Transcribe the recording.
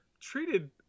treated